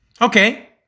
Okay